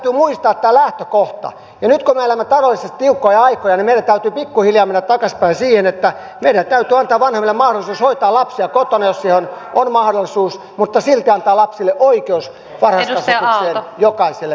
ja nyt kun me elämme taloudellisesti tiukkoja aikoja meidän täytyy pikkuhiljaa mennä takaisinpäin siihen että meidänhän täytyy antaa vanhemmille mahdollisuus hoitaa lapsiaan kotona jos siihen on mahdollisuus mutta silti antaa lapsille oikeus varhaiskasvatukseen jokaiselle sen tarpeen mukaan